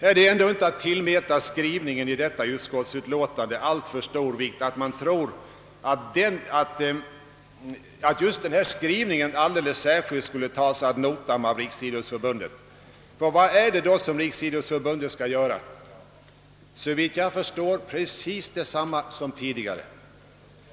Är det ändå inte att tillmäta skrivningen i utskottsutlåtandet alltför stor vikt, om man tror att just denna skrivning skulle tas ad notam av Riksidrottsförbundet? Ty vad är det som Riksidrottsförbundet skall göra? Såvitt jag förstår är det precis detsamma som tidigare.